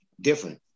different